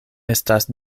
estas